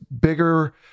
bigger